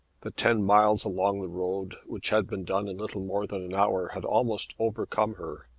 the ten miles along the road, which had been done in little more than an hour, had almost overcome her.